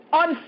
on